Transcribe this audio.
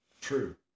True